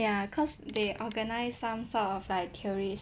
ya cause they organise some sort of like tourist